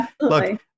look